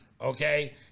Okay